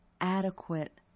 adequate